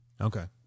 Okay